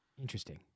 Interesting